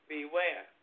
Beware